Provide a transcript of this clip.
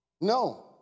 No